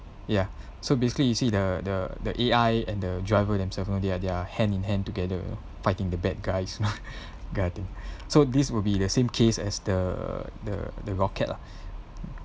ya so basically you see the the the A_I and the driver themselves you know they're they're hand in hand together fighting the bad guys I think so this will be the same case as the the the rocket lah